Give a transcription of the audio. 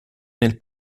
nel